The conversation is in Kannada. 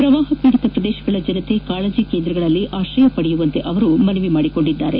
ಪ್ರವಾಹ ಪೀಡಿತ ಪ್ರದೇಶಗಳ ಜನತೆ ಕಾಳಜ ಕೇಂದ್ರಗಳಲ್ಲಿ ಆಶ್ರಯ ಪಡೆಯುವಂತೆ ಅವರು ಮನವಿ ಮಾಡಿದ್ದಾರೆ